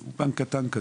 שהוא בנק קטן,